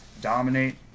dominate